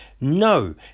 no